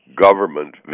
government